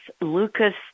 Lucas